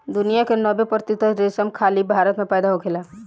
दुनिया के नब्बे प्रतिशत रेशम खाली भारत में पैदा होखेला